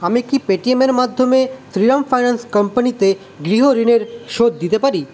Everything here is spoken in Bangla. আমি কি পে টি এমের মাধ্যমে শ্রীরাম ফাইন্যান্স কোম্পানিতে গৃহঋণের শোধ দিতে পারি